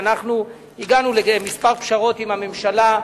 ואנחנו הגענו לכמה פשרות עם הממשלה.